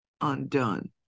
undone